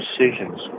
decisions